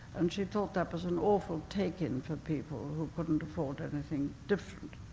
and she thought that was an awful take-in for people who couldn't afford anything different.